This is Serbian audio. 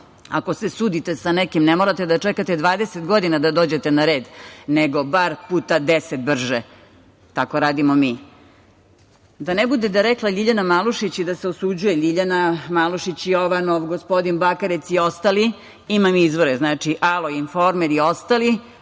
ako se sudite sa nekim, ne morate da čekate 20 godina da dođete na red, nego bar puta 10 brže. Tako radimo mi. Da ne budemo da je rekla Ljiljana Malušić i da se osuđuje Ljiljana Malušić, Jovanov, gospodin Bakarec i ostali, imam izvore – Alo, Informer i ostali,